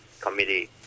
Committee